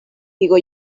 digo